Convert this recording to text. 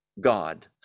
God